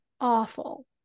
awful